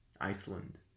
Iceland